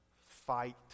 fight